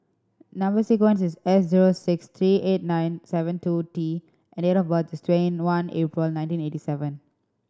number sequence is S zero six three eight nine seven two T and date of birth is twenty one April nineteen eighty seven